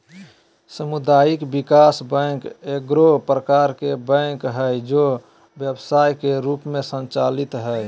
सामुदायिक विकास बैंक एगो प्रकार के बैंक हइ जे व्यवसाय के रूप में संचालित हइ